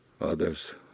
others